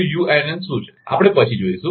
unn શું છે આપણે પછી જોશું